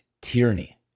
tyranny